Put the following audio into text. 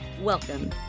Welcome